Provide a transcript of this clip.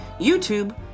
YouTube